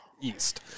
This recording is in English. east